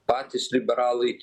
patys liberalai